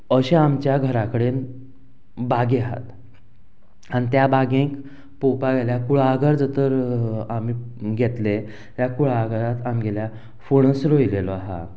जाल्यार अशें आमच्या घरा कडेन बागे आहात आनी त्या बागेक पळोवपा गेल्यार कुळागर जर तर आमी घेतले जाल्यार कुळागरांत आमगेल्या फणस रोंयलेलो आसा